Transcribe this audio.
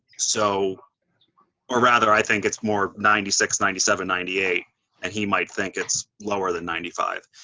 so or rather i think it's more ninety six, ninety seven, ninety eight and he might think it's lower than ninety five.